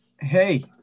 hey